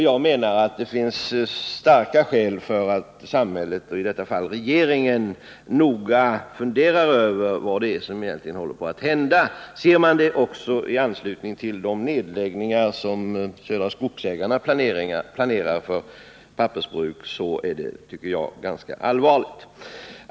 Jag anser att det finns starka skäl för samhället, och i detta fall för regeringen, att noga fundera över vad som egentligen håller på att hända. Också med hänsyn till de nedläggningar som Södra Skogsägarna planerar för sina pappersbruk är situationen allvarlig.